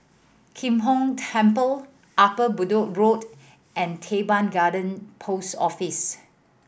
Kim Hong Temple Upper Bedok Road and Teban Garden Post Office